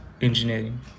engineering